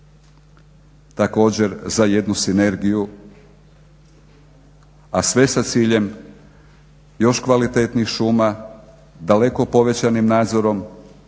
također za jednu sinergiju a sve sa ciljem još kvalitetnijih šuma, daleko povećanim nadzorom